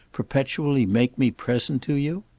perpetually make me present to you?